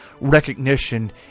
recognition